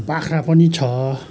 बाख्रा पनि छ